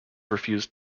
refused